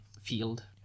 field